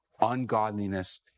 ungodliness